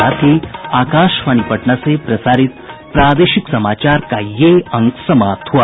इसके साथ ही आकाशवाणी पटना से प्रसारित प्रादेशिक समाचार का ये अंक समाप्त हुआ